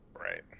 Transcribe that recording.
Right